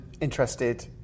interested